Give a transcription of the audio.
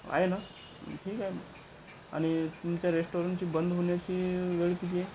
आहे ना म् ठीक आहे आणि तुमच्या रेस्टोरंटची बंद होण्याची वेळ किती आहे